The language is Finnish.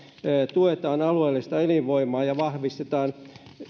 tuetaan alueellista elinvoimaa ja vahvistetaan